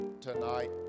tonight